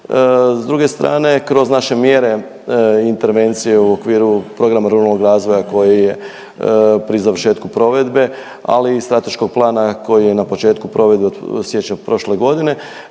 S druge strane kroz naše mjere i intervencije u okviru programa ruralnog razvoja koji je pri završetku provedbe ali i strateškog plana koji je na početku provedbe od siječnja prošle godine